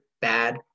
bad